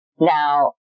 Now